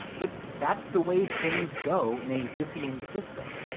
but that's the way things go in a zipf-ian system.